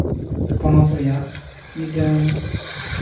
ᱯᱚᱱᱚᱛ ᱨᱮᱭᱟᱜ ᱢᱤᱫᱴᱮᱱ